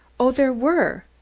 oh, there were.